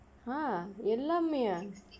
hah எல்லாமேவா:ellaameevaa